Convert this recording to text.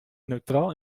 neutraal